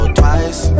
twice